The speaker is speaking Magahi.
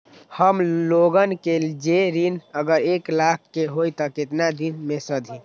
हमन लोगन के जे ऋन अगर एक लाख के होई त केतना दिन मे सधी?